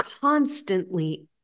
constantly